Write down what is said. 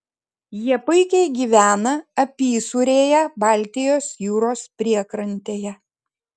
jie puikiai gyvena apysūrėje baltijos jūros priekrantėje